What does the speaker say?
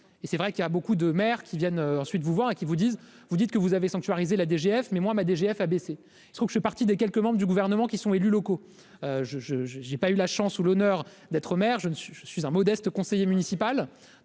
et c'est vrai qu'il y a beaucoup de maires qui viennent ensuite vous voir et qui vous disent : vous dites que vous avez sanctuariser la DGF mais moi ma DGF baissé, il trouve que je suis partie des quelques membres du gouvernement qui sont élus locaux je, je, je, j'ai pas eu la chance ou l'honneur d'être maire, je ne suis, je suis un modeste conseiller municipal